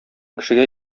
кешегә